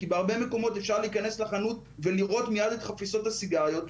כי בהרבה מקומות אפשר להיכנס לחנות ולראות מייד את חפיסות הסיגריות.